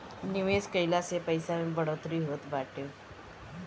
निवेश कइला से पईसा में बढ़ोतरी होत बाटे